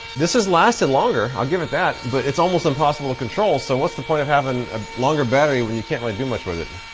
this has lasted longer i'll give it that. but it's almost impossible control so what's the point of having a longer battery when you can't really do much with it?